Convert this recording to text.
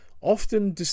often